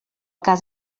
cas